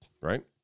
Right